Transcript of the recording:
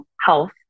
health